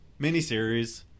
miniseries